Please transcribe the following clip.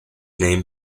name